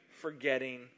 forgetting